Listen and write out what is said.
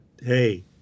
hey